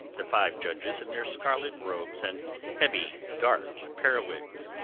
the five judges in their scarlet robes and heavy dark periwigs,